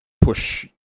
push